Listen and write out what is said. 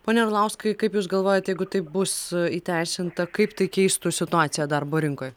pone arlauskai kaip jūs galvojat jeigu tai bus įteisinta kaip tai keistų situaciją darbo rinkoj